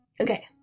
Okay